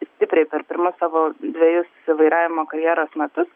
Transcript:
stipriai per pirmus savo dvejus vairavimo karjeros metus